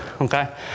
okay